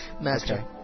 Master